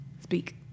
speak